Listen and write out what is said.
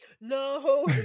No